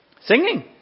Singing